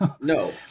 No